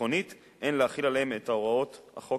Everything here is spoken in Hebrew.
ביטחונית אין להחיל עליהם את הוראות החוק